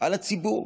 על הציבור.